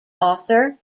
author